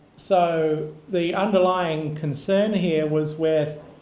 so the underlying concern here was with